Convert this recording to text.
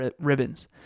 ribbons